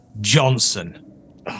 Johnson